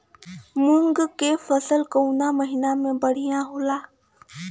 मुँग के फसल कउना महिना में बढ़ियां होला?